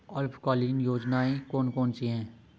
अल्पकालीन योजनाएं कौन कौन सी हैं?